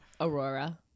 Aurora